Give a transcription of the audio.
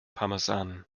parmesan